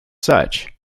such